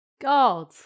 God